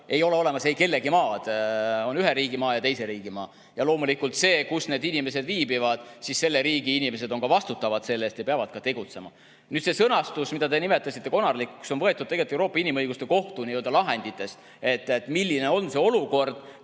Ei ole olemas eikellegimaad, on ühe riigi maa ja teise riigi maa. Ja loomulikult on [oluline], kus need inimesed viibivad – selle riigi inimesed on vastutavad [kõige] eest ja peavad tegutsema. See sõnastus, mida te nimetasite konarlikuks, on võetud Euroopa Inimõiguste Kohtu lahenditest: milline on see olukord,